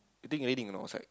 you think raining a not outside